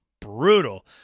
brutal